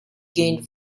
gained